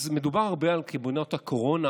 אז מדובר הרבה על קבינט הקורונה,